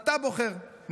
אתה בוחר,